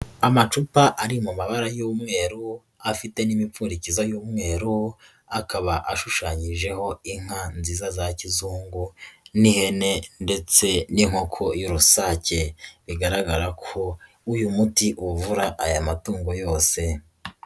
Amacupa ari mu mabara y'umweru, afite n'imipfundikizo y'umweru, akaba ashushanyijeho inka nziza za kizungu n'ihene ndetse n'inkoko y'urusake, bigaragara ko uyu muti uvura aya matungo yose.